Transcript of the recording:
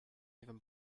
even